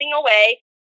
away